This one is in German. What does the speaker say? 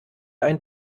ein